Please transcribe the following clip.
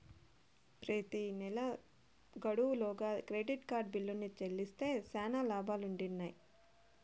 ప్రెతి నెలా గడువు లోగా క్రెడిట్ కార్డు బిల్లుని చెల్లిస్తే శానా లాబాలుండిన్నాయి